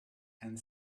and